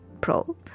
pro